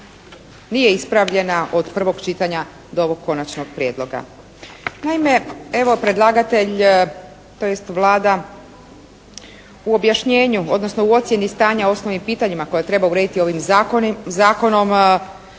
nije ispravljena od prvog čitanja do ovog konačnog prijedloga. Naime, evo predlagatelj tj. Vlada u objašnjenju odnosno u ocjeni stanja o osnovnim pitanjima koje treba urediti ovim zakonom